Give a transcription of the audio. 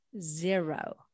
zero